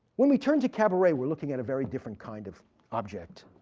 when we turn to cabaret, we're looking at a very different kind of object.